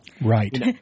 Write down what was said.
right